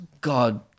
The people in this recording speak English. God